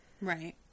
Right